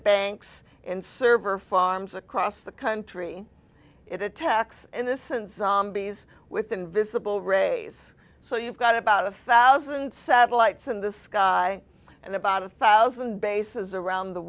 banks and server farms across the country it attacks innocent zombies with invisible rays so you've got about a falsehood and satellites in the sky and about a thousand bases around the